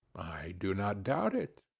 i do not doubt it.